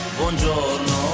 buongiorno